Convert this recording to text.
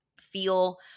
feel